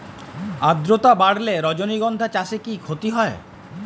আদ্রর্তা বাড়লে রজনীগন্ধা চাষে কি ক্ষতি হয়?